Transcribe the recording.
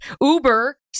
Uber